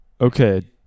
Okay